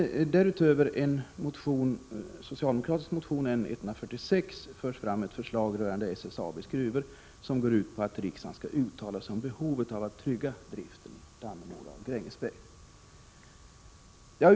Därutöver finns en socialdemokratisk motion, N146, rörande SSAB:s gruvor, som går ut på att riksdagen skall uttala sig om behovet av att trygga driften i Dannemora och Grängesberg.